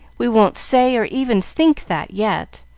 we won't say, or even think, that, yet.